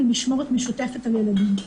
היא משמורת משותפת על ילדים,